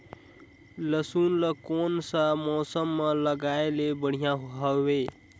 लसुन ला कोन सा मौसम मां लगाय ले बढ़िया हवे?